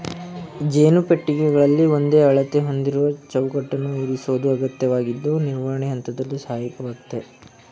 ಜೇನು ಪೆಟ್ಟಿಗೆಗಳಲ್ಲಿ ಒಂದೇ ಅಳತೆ ಹೊಂದಿರುವ ಚೌಕಟ್ಟನ್ನು ಇರಿಸೋದು ಅಗತ್ಯವಾಗಿದ್ದು ನಿರ್ವಹಣೆ ಹಂತದಲ್ಲಿ ಸಹಾಯಕವಾಗಯ್ತೆ